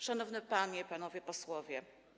Szanowni Panie i Panowie Posłowie!